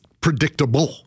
predictable